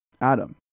Adam